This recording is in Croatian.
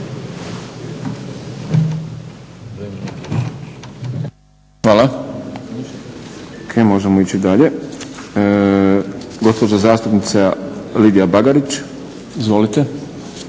Hvala. O.k. možemo ići dalje. Gospođa zastupnica Lidija Bagarić. Izvolite.